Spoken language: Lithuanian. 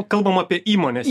kalbam apie įmonės